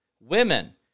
Women